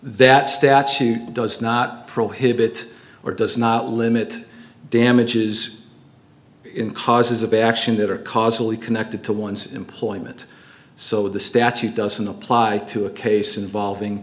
that statute does not prohibit or does not limit damages in causes of bashing that are causally connected to one's employment so the statute doesn't apply to a case involving